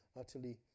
utterly